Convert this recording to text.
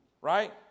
right